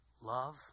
love